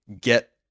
get